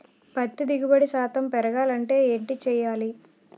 పత్తి దిగుబడి శాతం పెరగాలంటే ఏంటి చేయాలి?